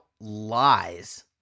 lies